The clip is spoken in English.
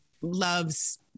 loves